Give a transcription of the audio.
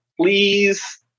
please